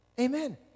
Amen